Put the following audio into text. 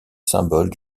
symbole